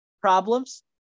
problems